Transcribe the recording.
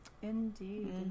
Indeed